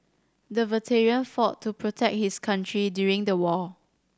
the veteran fought to protect his country during the war